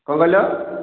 କଁ କହିଲ